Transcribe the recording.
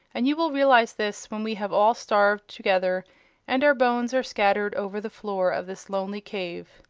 and you will realize this when we have all starved together and our bones are scattered over the floor of this lonely cave.